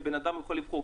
ואדם יוכל לבחור.